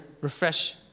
refresh